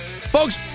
folks